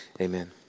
amen